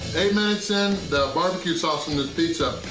minutes in, the barbecue sauce on this pizza,